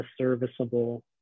serviceable